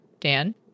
dan